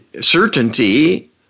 certainty